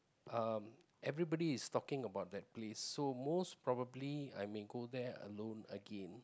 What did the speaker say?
everybody is talking about that place so most probably I may go there alone again